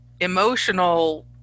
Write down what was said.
emotional